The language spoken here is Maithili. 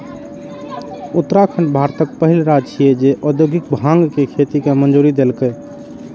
उत्तराखंड भारतक पहिल राज्य छियै, जे औद्योगिक भांग के खेती के मंजूरी देलकै